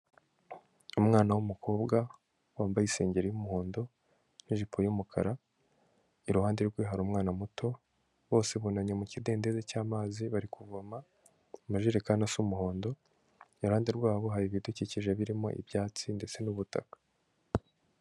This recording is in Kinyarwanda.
Umwana w'umukobwa wambaye isengeri y'umuhondo n'ijipo y'umukara, iruhande rwe hari umwana muto bose bunamye mu kidendezi cy'amazi bari kuvoma, amajerekani asa umuhondo, iruhande rwabo hari ibidukikije birimo ibyatsi ndetse n'ubutaka.